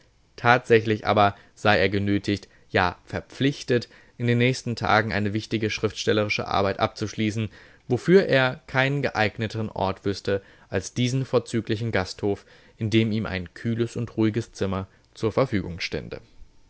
tatsächlich aber sei er genötigt ja verpflichtet in den nächsten tagen eine wichtige schriftstellerische arbeit abzuschließen wofür er keinen geeigneteren ort wüßte als diesen vorzüglichen gasthof in dem ihm ein kühles und ruhiges zimmer zur verfügung stände